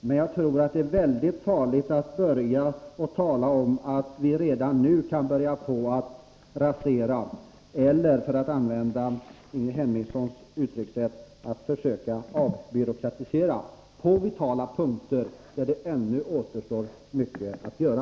Men jag tror att det är mycket farligt att tala om att redan nu börja på att rasera eller —för att använda Ingrid Hemmingssons uttryckssätt — ”avbyråkratisera” på vitala punkter där det ännu återstår mycket att göra.